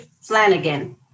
Flanagan